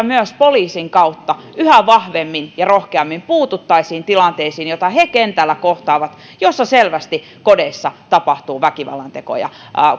myös poliisin kautta yhä vahvemmin ja rohkeammin puututtaisiin tilanteisiin joita he kentällä kohtaavat joissa selvästi tapahtuu väkivallantekoja kodeissa